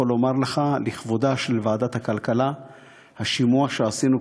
אני יכול לומר לך שלכבודה של ועדת הכלכלה הוא השימוע שעשינו,